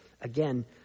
again